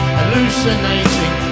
hallucinating